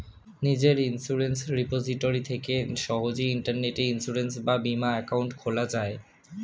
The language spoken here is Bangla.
নিজের ইন্সুরেন্স রিপোজিটরি থেকে সহজেই ইন্টারনেটে ইন্সুরেন্স বা বীমা অ্যাকাউন্ট খোলা যায়